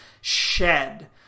shed